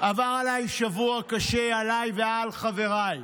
עבר עליי שבוע קשה, עליי ועל חבריי.